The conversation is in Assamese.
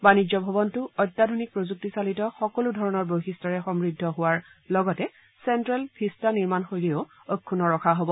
বাণিজ্য ভৱনটো অত্যাধুনিক প্ৰযুক্তিচালিত সকলো ধৰণৰ বৈশিষ্ট্যৰে সমূদ্ধ হোৱাৰ লগতে চেণ্টেল ভিট্টা নিৰ্মাণশৈলীও অক্ষুন্ন ৰখা হ'ব